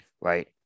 Right